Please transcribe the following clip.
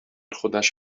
خودش